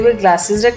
glasses